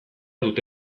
dute